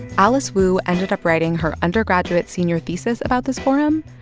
alice wu ended up writing her undergraduate senior thesis about this forum.